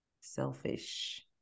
selfish